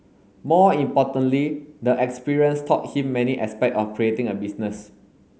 more importantly the experience taught him many aspect of creating a business